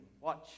Watch